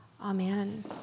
Amen